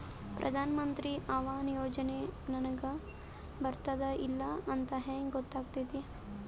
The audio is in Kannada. ಪ್ರಧಾನ ಮಂತ್ರಿ ಆವಾಸ್ ಯೋಜನೆ ನನಗ ಬರುತ್ತದ ಇಲ್ಲ ಅಂತ ಹೆಂಗ್ ಗೊತ್ತಾಗತೈತಿ?